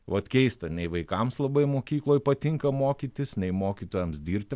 vat keista nei vaikams labai mokykloj patinka mokytis nei mokytojams dirbti